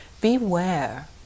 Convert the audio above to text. beware